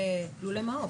כמה זמן תקופת מעבר?